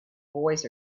boys